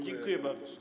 Dziękuję bardzo.